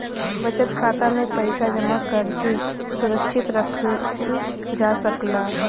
बचत खाता में पइसा जमा करके सुरक्षित रखल जा सकला